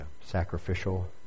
sacrificial